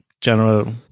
general